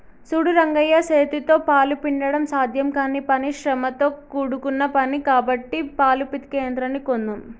సూడు రంగయ్య సేతితో పాలు పిండడం సాధ్యం కానీ పని శ్రమతో కూడుకున్న పని కాబట్టి పాలు పితికే యంత్రాన్ని కొందామ్